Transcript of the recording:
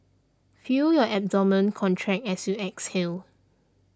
feel your abdomen contract as you exhale